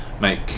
make